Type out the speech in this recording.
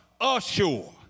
assure